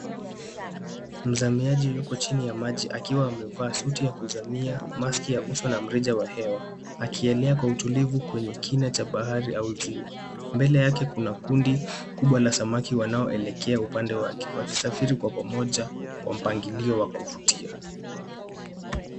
Mzamiaji yuko chini ya maji akiwa amevaa suti ya kuzamia ,maski ya uso na mrija wa hewa akielea kwa utulivu kwenye kina cha bahari au ziwa ,mbele yake kuna kundi kubwa la samaki wanaoelekea upande wake waki safiri kwa pamoja kwa mpangilio wa kuvutia.